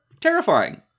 terrifying